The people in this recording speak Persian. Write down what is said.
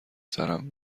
سرم